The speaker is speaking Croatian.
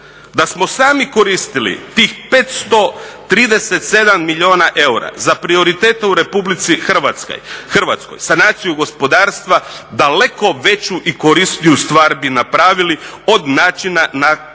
Da smo sami koristili tih 537 milijuna eura za prioritete u Republici Hrvatskoj, sanaciju gospodarstva, daleko veću i korisniju stvar bi napravili od načina na koji